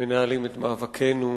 מנהלים את מאבקינו,